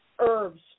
herbs